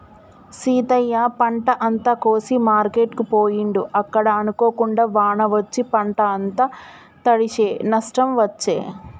సీతయ్య పంట అంత కోసి మార్కెట్ కు పోయిండు అక్కడ అనుకోకుండా వాన వచ్చి పంట అంత తడిశె నష్టం వచ్చే